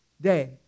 day